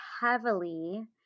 heavily